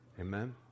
amen